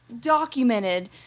documented